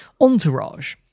Entourage